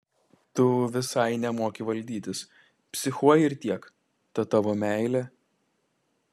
tu visai nemoki valdytis psichuoji ir tiek ta tavo meilė